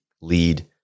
lead